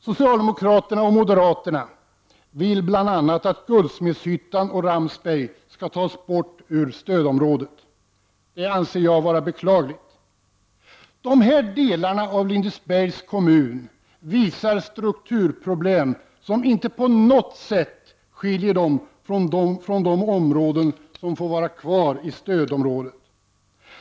Socialdemokraterna och moderaterna vill bl.a. att Guldsmedshyttan och Ramsberg skall tas bort ur stödområdet. Det är beklagligt. De här delarna av Lindesbergs kommun visar strukturproblem som inte på något sätt skiljer sig från de områden som får vara kvar i stödområdet.